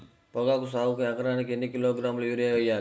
పొగాకు సాగుకు ఎకరానికి ఎన్ని కిలోగ్రాముల యూరియా వేయాలి?